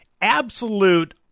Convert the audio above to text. absolute